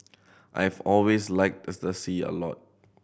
I've always liked as the sea a lot